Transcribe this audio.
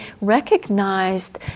recognized